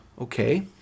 okay